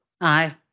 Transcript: Aye